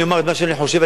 אני אומר את מה שאני חושב,